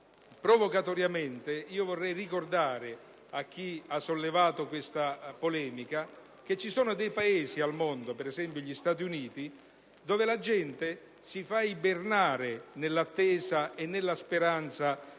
Provocatoriamente vorrei ricordare a chi ha sollevato questa polemica che ci sono Paesi, per esempio gli Stati Uniti, dove la gente si fa ibernare nell'attesa e nella speranza